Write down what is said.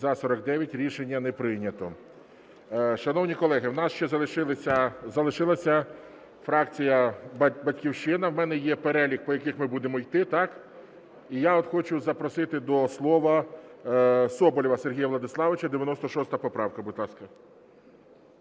За-49 Рішення не прийнято. Шановні колеги, у нас ще залишилася фракція "Батьківщина". У мене є перелік, по якому ми будемо йти, так? І я от хочу запросити до слова Соболєва Сергія Владиславовича 96 поправка, будь ласка.